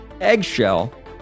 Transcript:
eggshell